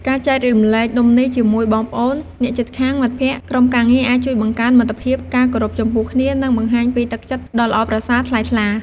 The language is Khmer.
ការចែករំលែកនំនេះជាមួយបងប្អូន អ្នកជិតខាង មិត្តភក្តិ ក្រុមការងារអាចជួយបង្កើនមិត្តភាព ការគោរពចំពោះគ្នា និងបង្ហាញពីទឹកចិត្តដ៏ល្អប្រសើរថ្លៃថ្លា។